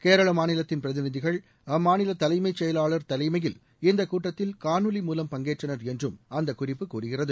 கேரள மாநிலத்தின் பிரதிநிதிகள் அம்மாநில தலைமைச் செயலாளர் தலைமையில் இந்த கூட்டத்தில் காணொலி மூலம் பங்கேற்றனர் என்றும் அந்த குறிப்பு கூறுகிறது